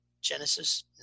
Genesis